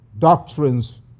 doctrines